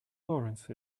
laurence